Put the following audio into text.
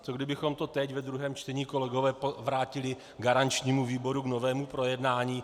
Co kdybychom to teď ve druhém čtení, kolegové, vrátili garančnímu výboru k novému projednání?